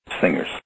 singers